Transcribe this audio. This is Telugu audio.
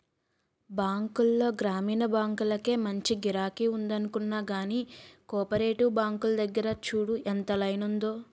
బాంకుల్లో గ్రామీణ బాంకులకే మంచి గిరాకి ఉందనుకున్నా గానీ, కోపరేటివ్ బాంకుల దగ్గర చూడు ఎంత లైనుందో?